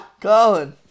Colin